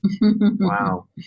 Wow